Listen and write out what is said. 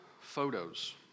photos